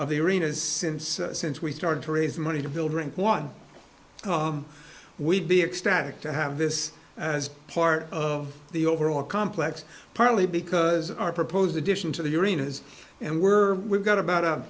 of the arenas since since we started to raise money to build rink one we'd be ecstatic to have this as part of the overall complex partly because our proposed addition to the arenas and we're we've got about